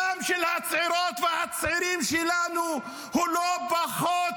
הדם של הצעירות והצעירים שלנו הוא לא פחות